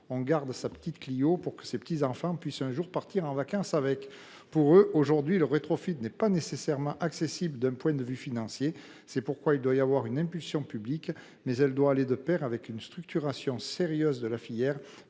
on garde sa petite Clio pour que ses petits enfants puissent un jour l’utiliser pour partir en vacances. Le rétrofit n’est pas toujours accessible d’un point de vue financier. C’est pourquoi il doit y avoir une impulsion publique, mais elle doit aller de pair avec une structuration sérieuse de la filière,